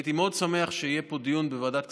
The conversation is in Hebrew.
הייתי מאוד שמח שיהיה פה דיון בוועדת הכספים.